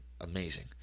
amazing